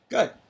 Good